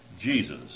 Jesus